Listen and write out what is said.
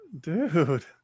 Dude